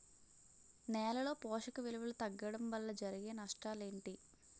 నేలలో పోషక విలువలు తగ్గడం వల్ల జరిగే నష్టాలేంటి?